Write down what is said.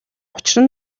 учир